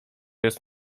jest